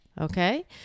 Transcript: okay